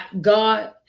God